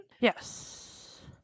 Yes